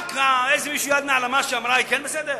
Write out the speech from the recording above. רק האיזו יד נעלמה, שאמרה, היא כן בסדר?